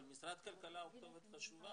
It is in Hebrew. אבל משרד הכלכלה הוא כתובת חשובה,